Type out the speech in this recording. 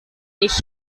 ich